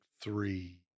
three